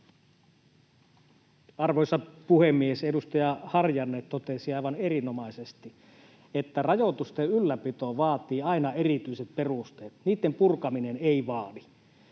Arvoisa puhemies! Edustaja Harjanne totesi aivan erinomaisesti, että rajoitusten ylläpito vaatii aina erityiset perusteet, niitten purkaminen ei vaadi.